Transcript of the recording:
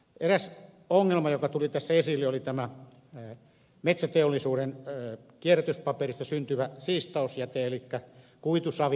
eräs ongelma joka tuli tässä esille oli metsäteollisuuden kierrätyspaperista syntyvä siistausjäte elikkä kuitusavi